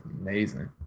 amazing